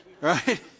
Right